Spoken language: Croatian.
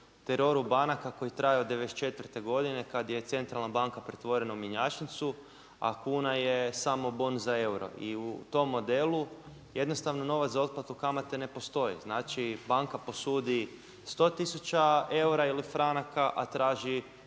teroru banaka koji traje od '94. godine kad je centralna banka pretvorena u mjenjačnicu, a kuna je samo bon za euro. I u tom modelu jednostavno novac za otplatu kamate ne postoji. Znači, banka posudi 100 tisuća eura ili franaka, a traži